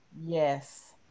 yes